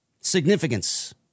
Significance